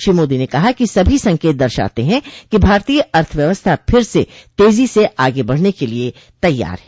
श्री मोदी ने कहा कि सभी संकेत दर्शाते हैं कि भारतीय अर्थव्यवस्था फिर से तेजी से आगे बढ़ने के लिए तैयार हैं